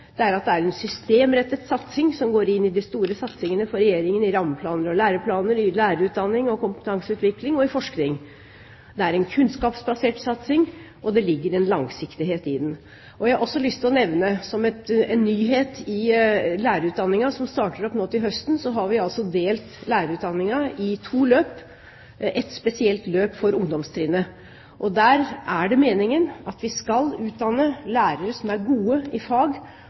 at det er en systemrettet satsing, som går inn i Regjeringens store satsing på rammeplaner og læreplaner, i lærerutdanning og kompetanseutvikling og i forskning, og det er en kunnskapsbasert satsing som det ligger en langsiktighet i. Jeg har også lyst til å nevne som en nyhet i lærerutdanningen – som starter opp nå til høsten – at vi har delt lærerutdanningen i to løp med ett spesielt løp for ungdomstrinnet. Der er det meningen at vi skal utdanne lærere som er gode i